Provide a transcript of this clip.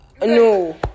no